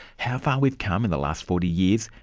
how far we've come in the last forty years.